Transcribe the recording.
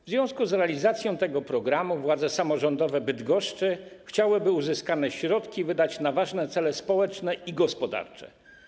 W związku z realizacją tego programu władze samorządowe Bydgoszczy chciały, by uzyskane środki wydać na ważne cele społeczne i gospodarcze.